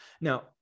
Now